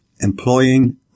employing